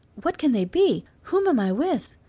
what can they be? whom am i with?